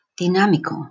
dinámico